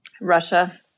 Russia